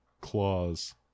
claws